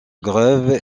grève